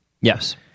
Yes